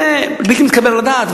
זה בלתי מתקבל על הדעת.